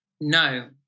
No